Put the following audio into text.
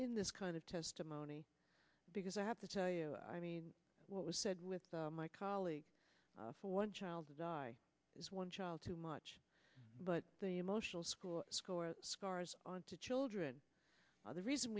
in this kind of testimony because i have to tell you i mean what was said with my colleagues for one child to die is one child too much but the emotional school scars on to children are the reason